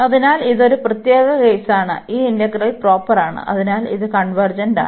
അതിനാൽ ഇത് ഒരു പ്രത്യേക കേസാണ് ഈ ഇന്റഗ്രൽ പ്രോപ്പറാണ് അതിനാൽ ഇത് കൺവെർജന്റാണ്